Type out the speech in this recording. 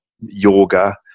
yoga